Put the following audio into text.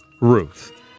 Ruth